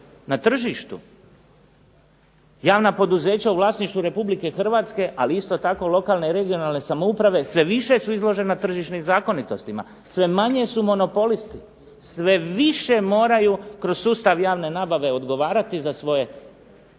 na tržištu. Javna poduzeća u vlasništvu Republike Hrvatske ali i isto tako lokalne i regionalne samouprave sve više su izložena tržišnim zakonitostima, sve manje su monopolisti, sve više moraju kroz sustav javne nabave odgovarati za svoje